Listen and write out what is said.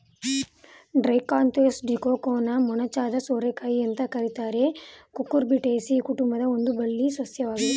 Trichosanthes ಡಿಯೋಕಾನ ಮೊನಚಾದ ಸೋರೆಕಾಯಿ ಅಂತ ಕರೀತಾರೆ ಕುಕುರ್ಬಿಟೇಸಿ ಕುಟುಂಬದ ಒಂದು ಬಳ್ಳಿ ಸಸ್ಯವಾಗಿದೆ